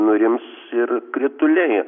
nurims ir krituliai